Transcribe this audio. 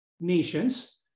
nations